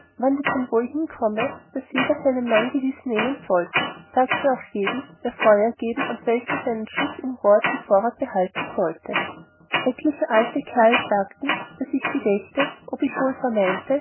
die konvoi hinkomme daß jeder seinen mann gewiß nehmen sollte sagte auch jedem wer feur geben und welcher seinen schuß im rohr zum vorrat behalten sollte etliche alte kerl sagten was ich gedächte und ob ich wohl